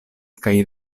kaj